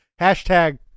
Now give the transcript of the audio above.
hashtag